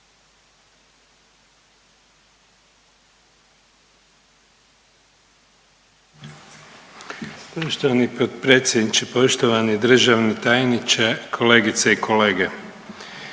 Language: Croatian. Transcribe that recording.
Poštovani potpredsjedniče, poštovani državni tajniče, kolegice i kolege.